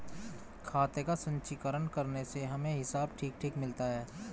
खाते का संचीकरण करने से हमें हिसाब ठीक ठीक मिलता है